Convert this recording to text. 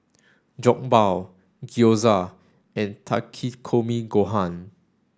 Jokbal Gyoza and Takikomi Gohan